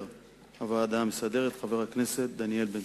הוועדה המסדרת חבר הכנסת דניאל בן-סימון.